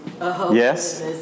Yes